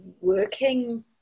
working